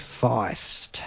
Feist